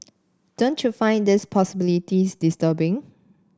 don't you find these possibilities disturbing